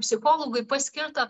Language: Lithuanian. psichologui paskirta